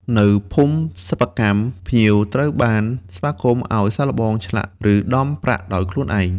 នៅភូមិសិប្បកម្ម ភ្ញៀវត្រូវបានស្វាគមន៍ឱ្យ សាកល្បង ឆ្លាក់ ឬដំប្រាក់ដោយខ្លួនឯង។